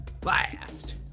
Blast